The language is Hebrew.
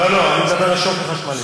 לא לא, אני מדבר על שוקר חשמלי.